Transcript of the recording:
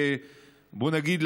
בוא נגיד,